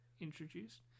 introduced